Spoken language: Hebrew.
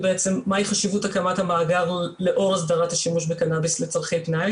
הן מהי חשיבות הקמת המאגר לאור הסדרת השימוש הקנאביס לצרכי פנאי